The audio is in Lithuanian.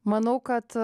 manau kad